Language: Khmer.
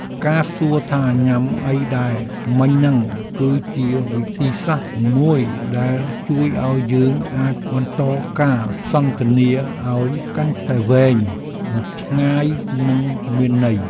ការសួរថាញ៉ាំអីដែរមិញហ្នឹងគឺជាវិធីសាស្ត្រមួយដែលជួយឱ្យយើងអាចបន្តការសន្ទនាឱ្យកាន់តែវែងឆ្ងាយនិងមានន័យ។